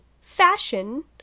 fashion